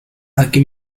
aquí